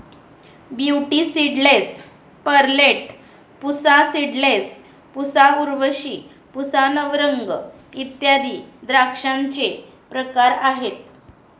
beauty seedless, perlette, Pusa seedless, Pusa Urvashi, Pusa Navrang इत्यादी द्राक्षांचे प्रकार आहेत